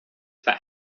that